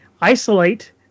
isolate